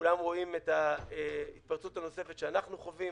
כולם רואים את ההתפרצות הנוספת שאנחנו חווים,